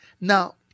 Now